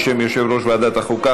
בשם יושב-ראש ועדת החוקה,